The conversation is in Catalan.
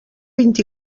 vint